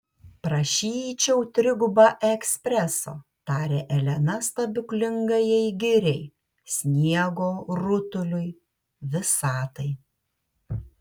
prašyčiau trigubą ekspreso tarė elena stebuklingajai giriai sniego rutuliui visatai